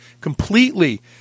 completely